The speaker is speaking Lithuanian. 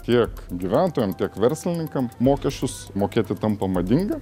tiek gyventojam tiek verslininkam mokesčius mokėti tampa madinga